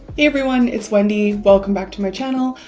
everyone, it's wendy welcome back to my channel.